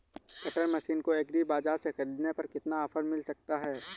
Cutter machine को agri बाजार से ख़रीदने पर कितना ऑफर मिल सकता है?